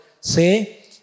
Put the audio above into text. say